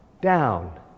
down